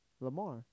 Lamar